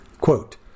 Quote